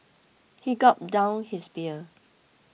he gulped down his beer